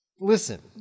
listen